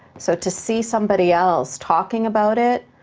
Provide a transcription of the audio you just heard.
so to see somebody else talking about it